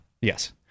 Yes